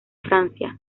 francia